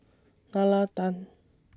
Nalla Tan